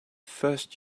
first